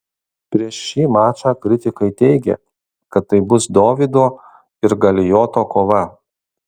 prieš šį mačą kritikai teigė kad tai bus dovydo ir galijoto kova